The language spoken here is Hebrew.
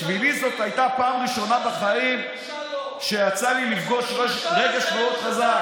בשבילי זאת הייתה פעם ראשונה בחיים שיצא לי לפגוש רגש מאוד חזק.